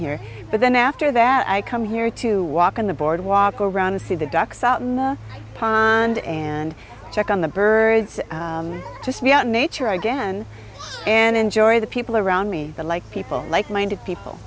here but then after that i come here to walk on the board walk around to see the ducks out in the pond and check on the birds to be out in nature again and enjoy the people around me like people like minded people